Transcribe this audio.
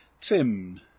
Tim